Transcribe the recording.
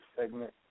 segment